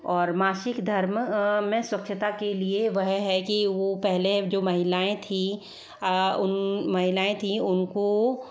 और मासिक धर्म में स्वछता के लिए वह है कि वो पहले जो महिलाएँ थीं उन महिलाएँ थीं उनको